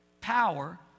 power